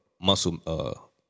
muscle